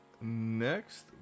Next